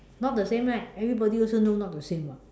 not the same right everybody also know not the same [what]